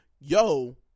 yo